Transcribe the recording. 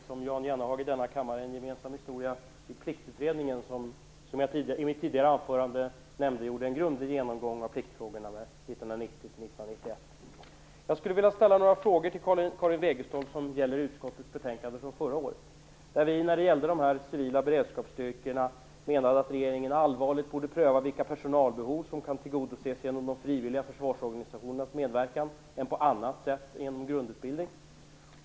Fru talman! Karin Wegestål och jag liksom Jan Jennehag i denna kammare gjorde, som jag nämnde i mitt tidigare anförande, en grundlig genomgång av pliktfrågorna i Pliktutredningen 1990-1991. Jag skulle vilja ställa några frågor till Karin Wegestål som gäller utskottets betänkande från förra året där vi när det gällde de civila beredskapsstyrkorna menade att regeringen allvarligt borde pröva vilka personalbehov som kan tillgodoses genom de frivilliga försvarsorganisationernas medverkan, på annat sätt än genom grundutbildning.